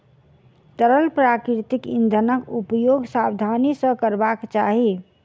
तरल प्राकृतिक इंधनक उपयोग सावधानी सॅ करबाक चाही